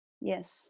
Yes